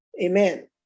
amen